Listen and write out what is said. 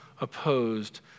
opposed